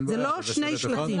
אלה לא שני שלטים.